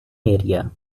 area